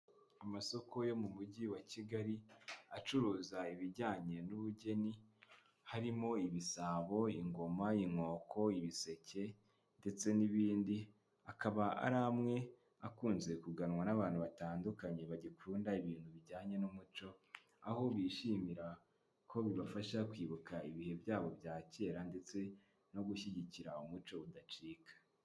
Amasoko yo mu mujyi wa Kigali acuruza ibijyanye n'ubugeni, harimo ibisabo, ingoma, inkoko ibiseke ndetse n'ibindi, akaba ari amwe akunze kuganwa n'abantu batandukanye bagikunda ibintu bijyanye n'umuco, aho bishimira ko bibafasha kwibuka ibihe byabo bya kera ndetse no gushyigikira umuco udacika.